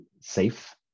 safe